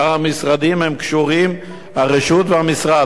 שאר המשרדים קשורים הרשות והמשרד,